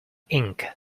ink